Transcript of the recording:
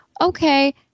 Okay